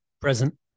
Present